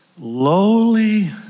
lowly